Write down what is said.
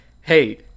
hey